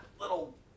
little